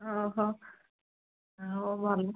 ଅ ହ ଆଉ ଭଲ